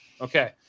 Okay